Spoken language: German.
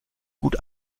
gut